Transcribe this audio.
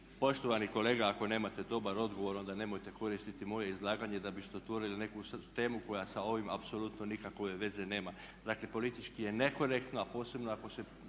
Poštovani kolega ako nemate dobar odgovor onda nemojte koristiti moje izlaganje da biste otvorili neku temu koja sa ovim apsolutno nikakve veze nema. Dakle, politički je nekorektno, a posebno ako se